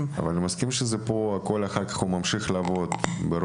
--- אני מסכים שהוא ממשיך לעבוד באגודות,